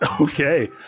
Okay